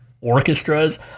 orchestras